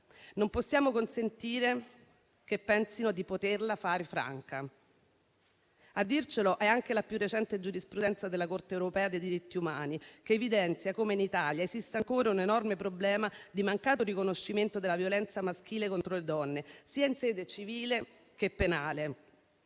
Non possiamo consentirgli di pensare di poterla fare franca. A dircelo è anche la più recente giurisprudenza della Corte europea dei diritti umani, che evidenzia come in Italia esista ancora un enorme problema di mancato riconoscimento della violenza maschile contro le donne in sede sia civile sia penale.